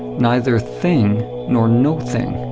neither thing nor no thing,